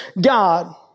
God